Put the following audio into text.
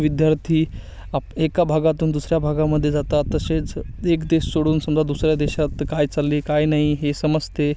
विद्यार्थी आप एका भागातून दुसऱ्या भागामध्ये जातात तसेच एक देश सोडून समजा दुसऱ्या देशात काय चालले आहे काय नाही हे समजते